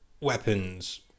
weapons